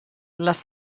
les